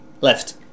left